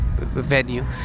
venue